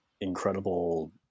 incredible